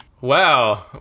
Wow